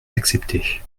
accepté